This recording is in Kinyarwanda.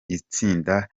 itsinda